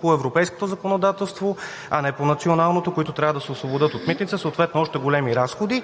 по европейското законодателство, а не по националното, които трябва да се освободят от митница, съответно още големи разходи,